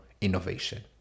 innovation